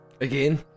Again